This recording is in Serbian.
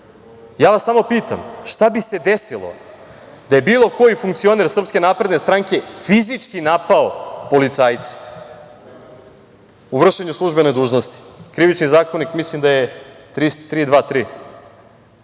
Ja vas samo pitam - šta bi se desilo da je bilo koji funkcioner SNS fizički napao policajce u vršenju službene dužnosti? Krivični zakonik, mislim, 323.